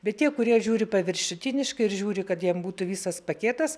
bet tie kurie žiūri paviršutiniškai ir žiūri kad jiems būtų visas paketas